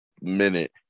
minute